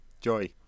joy